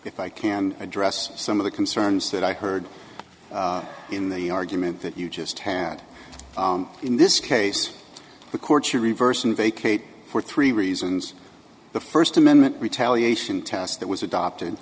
if i can address some of the concerns that i heard in the argument that you just had in this case the court should reverse and vacate for three reasons the first amendment retaliation test that was adopted